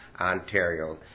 Ontario